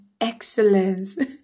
excellence